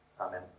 Amen